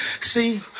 See